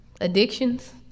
addictions